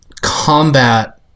combat